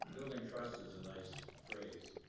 building trust is a nice phrase.